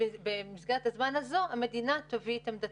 ובמסגרת הזמן הזו המדינה תביא את עמדתה.